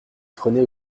trônait